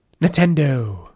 Nintendo